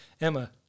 Emma